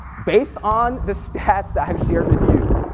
based on the stats that i've shared with you,